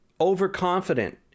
overconfident